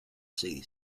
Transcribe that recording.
sea